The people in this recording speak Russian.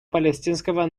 палестинского